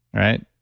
right?